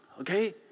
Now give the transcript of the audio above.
okay